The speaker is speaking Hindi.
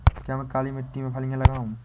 क्या मैं काली मिट्टी में फलियां लगाऊँ?